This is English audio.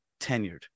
tenured